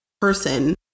person